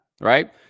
right